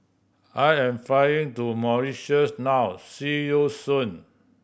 I am flying to Mauritius now see you soon